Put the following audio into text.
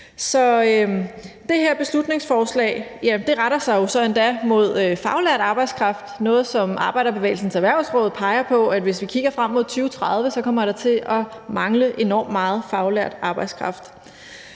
Det her beslutningsforslag retter sig jo så endda mod faglært arbejdskraft – noget, hvor Arbejderbevægelsens Erhvervsråd peger på, at hvis vi kigger frem mod 2030, kommer der til at mangle enormt meget faglært arbejdskraft.